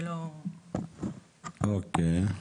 אוקיי.